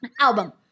Album